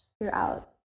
throughout